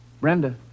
Brenda